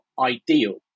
ideal